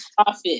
profit